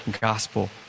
gospel